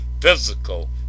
physical